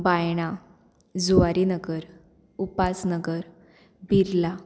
Baina Zuarinagar Upasnagar Birla